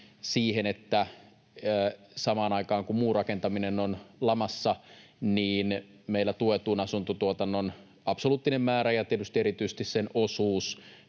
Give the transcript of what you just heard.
että samaan aikaan kun muu rakentaminen on lamassa, niin meillä tuetun asuntotuotannon absoluuttinen määrä ja tietysti erityisesti sen osuus